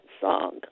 song